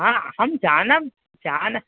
अहं जाना जान